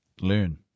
learn